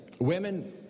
women